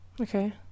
okay